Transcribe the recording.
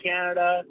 Canada